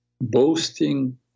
boasting